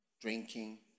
drinking